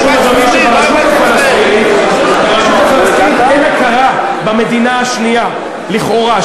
משום שברשות הפלסטינית אין הכרה במדינה השנייה לכאורה,